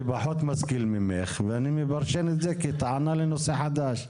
אני פחות משכיל ממך ואני מפרשן את זה כטענה לנושא חדש.